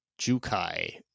Jukai